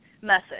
message